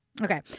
Okay